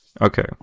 Okay